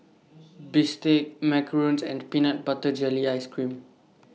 Bistake Macarons and Peanut Butter Jelly Ice Cream